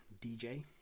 DJ